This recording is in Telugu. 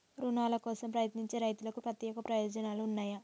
రుణాల కోసం ప్రయత్నించే రైతులకు ప్రత్యేక ప్రయోజనాలు ఉన్నయా?